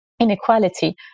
inequality